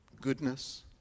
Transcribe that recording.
goodness